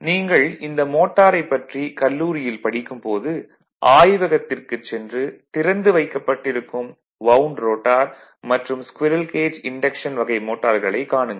நீங்கள் இந்த மோட்டாரைப் பற்றி கல்லூரியில் படிக்கும் போது ஆய்வகத்திற்குச் சென்று திறந்து வைக்கப்பட்டிருக்கும் வவுண்டு ரோட்டார் மற்றும் ஸ்குரீல் கேஜ் இன்டக்ஷன் வகை மோட்டார்களைக் காணுங்கள்